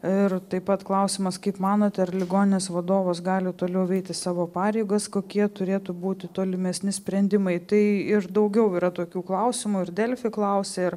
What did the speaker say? ir taip pat klausimas kaip manote ar ligoninės vadovas gali toliau eiti savo pareigas kokie turėtų būti tolimesni sprendimai tai ir daugiau yra tokių klausimų ir delfi klausė ir